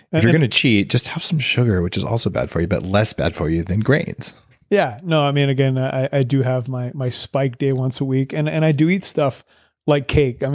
if you're gonna cheat, just have some sugar which is also bad for you but less bad for you than grains yeah um and again, i do have my my spike day once a week, and and i do eat stuff like cake. um